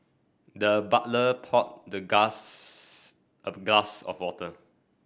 the butler poured the a glass of water